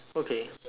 okay